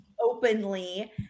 openly